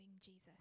Jesus